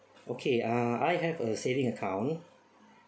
okay uh I have a saving account